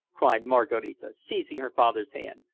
cried maraquita, seizing her father's hands,